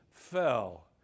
Fell